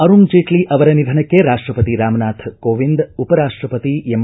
ಆರುಣ್ ಜೇಟ್ಲಿ ಅವರ ನಿಧನಕ್ಕೆ ರಾಷ್ಟಪತಿ ರಾಮನಾಥ್ ಕೋವಿಂದ್ ಉಪರಾಷ್ಟಪತಿ ಎಂ